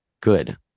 good